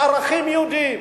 לערכים יהודיים,